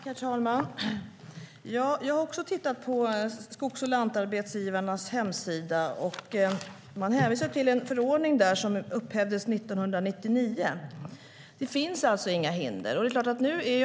Herr talman! Jag har också tittat på Skogs och lantarbetsgivareförbundets hemsida, och där hänvisar man till en förordning som upphävdes 1999. Det finns alltså inga hinder.